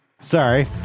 sorry